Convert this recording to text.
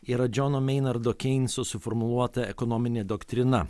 yra džono meinardo keinso suformuluota ekonominė doktrina